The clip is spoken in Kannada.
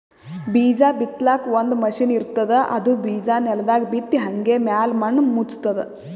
ಬೀಜಾ ಬಿತ್ತಲಾಕ್ ಒಂದ್ ಮಷಿನ್ ಇರ್ತದ್ ಅದು ಬಿಜಾ ನೆಲದಾಗ್ ಬಿತ್ತಿ ಹಂಗೆ ಮ್ಯಾಲ್ ಮಣ್ಣ್ ಮುಚ್ತದ್